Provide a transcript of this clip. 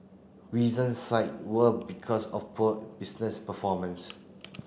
reasons cite were because of poor business performance